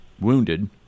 wounded